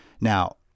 Now